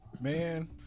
man